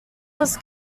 was